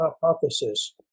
hypothesis